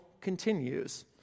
continues